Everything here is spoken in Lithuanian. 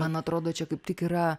man atrodo čia kaip tik yra